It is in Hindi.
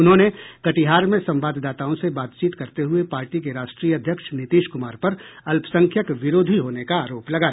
उन्होंने कटिहार में संवाददाताओं से बातचीत करते हुए पार्टी के राष्ट्रीय अध्यक्ष नीतीश कुमार पर अल्पसंख्यक विरोधी होने का आरोप लगाया